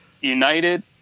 united